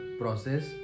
process